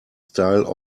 style